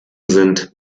sind